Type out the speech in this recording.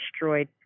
destroyed